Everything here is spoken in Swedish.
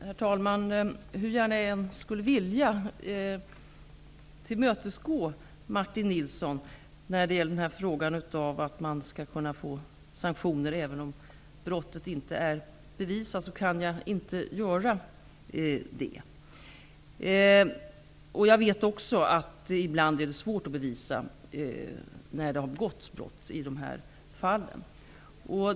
Herr talman! Hur gärna jag än skulle vilja tillmötesgå Martin Nilssons önskan om sanktioner även när brottet inte är bevisat, kan jag inte göra så. Jag vet också att det ibland är svårt att bevisa när det har begåtts brott i dessa fall.